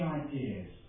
ideas